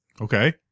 Okay